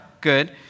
good